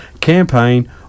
campaign